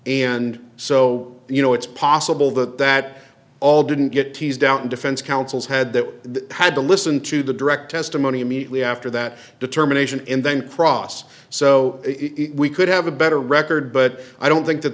and so you know it's possible that that all didn't get teased out in defense counsel's head that they had to listen to the direct testimony immediately after that determination and then cross so we could have a better record but i don't think that